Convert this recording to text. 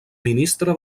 ministre